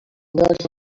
نداشته